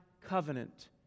covenant